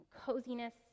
coziness